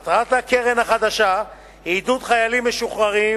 מטרת הקרן החדשה היא עידוד חיילים משוחררים